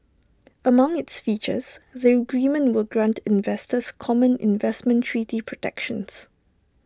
among its features the agreement will grant investors common investment treaty protections